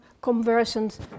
conversant